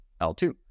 l2